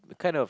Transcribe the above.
kind of